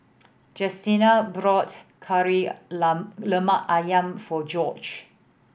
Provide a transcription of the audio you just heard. Justina bought Kari Lemak Ayam for Gorge